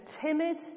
timid